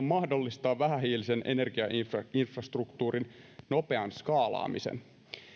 mahdollistaa vähähiilisen energiainfrastruktuurin nopean skaalaamisen